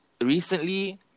recently